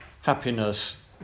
happiness